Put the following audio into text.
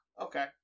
okay